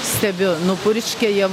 stebiu nupurškia jie